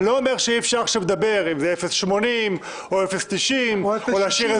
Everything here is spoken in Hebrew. אני לא אומר שאי אפשר עכשיו לדבר אם זה 0.80 או 0.90 או להשאיר את